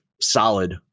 solid